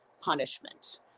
punishment